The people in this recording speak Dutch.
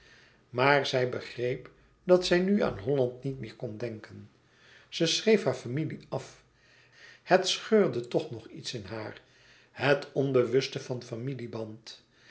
maar zij begreep dat zij nu aan holland niet meer kon denken zij schreef hare familie af het scheurde toch nog iets in haar het onbewuste van familieband